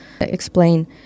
explain